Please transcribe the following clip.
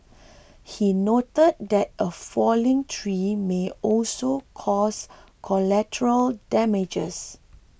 he noted that a falling tree may also cause collateral damages